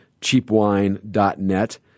Cheapwine.net